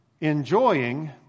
enjoying